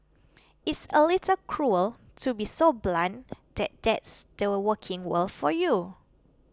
it's a little cruel to be so blunt that that's the working world for you